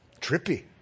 Trippy